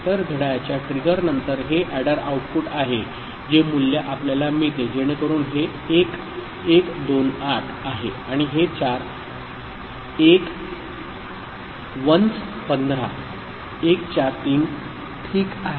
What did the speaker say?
तर घड्याळाच्या ट्रिगर नंतर हे एडर आउटपुट आहे जे मूल्य आपल्याला मिळते जेणेकरून हे 1 128 आहे आणि हे चार 1s 15 143ठीक आहे